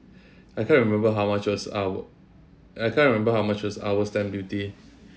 I can't remember how much was our I can't remember how much was our stamp duty